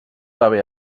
haver